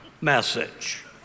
message